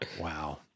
Wow